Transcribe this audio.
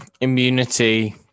immunity